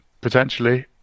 potentially